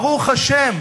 ברוך השם,